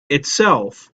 itself